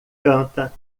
canta